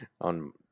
on